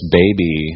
baby